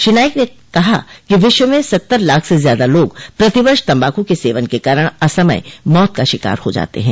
श्री नाईक ने कहा कि विश्व में सत्तर लाख से ज्यादा लोग प्रति वर्ष तम्बाकू के सेवन के कारण असमय मौत का शिकार हो जाते हैं